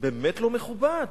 באמת לא מכובד.